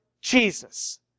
Jesus